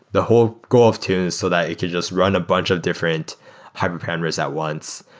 the whole goal of tune is so that it could just run a bunch of different hyperparameters at once,